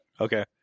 Okay